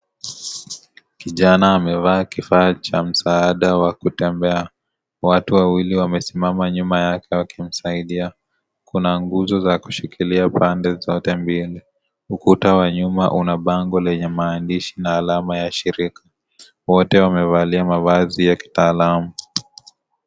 Kijana amevaa kifaa cha msaada wa kutembea ,watu wawili wamesimama nyuma yake wakisaidia. Kuna nguzo za kushikilia pande zote mbili . Ukuta wa nyuma Una bango lenye maandishi na alama ya shirika . Wote wamevalia mavazi ya kitaalamu .